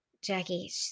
Jackie